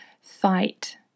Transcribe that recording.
fight